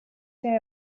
say